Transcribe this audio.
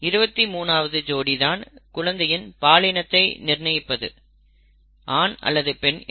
23 ஆவது ஜோடி தான் குழந்தையின் பாலினத்தை நிர்ணயிப்பது ஆண் அல்லது பெண் என்று